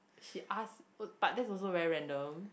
she ask oh but that's also very random